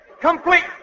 complete